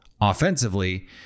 offensively